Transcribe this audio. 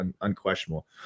unquestionable